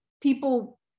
people